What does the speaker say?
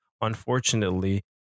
unfortunately